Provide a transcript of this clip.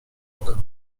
oka